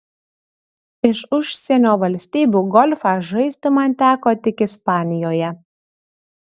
iš užsienio valstybių golfą žaisti man teko tik ispanijoje